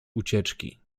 ucieczki